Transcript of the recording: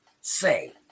Say